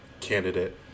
candidate